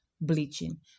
bleaching